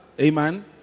amen